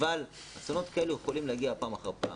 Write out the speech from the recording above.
אבל אסונות כאלה יכולים להגיע פעם אחר פעם.